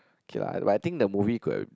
okay lah I think the movie could have